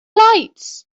lights